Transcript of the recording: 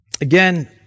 Again